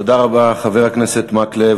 תודה רבה, חבר הכנסת מקלב.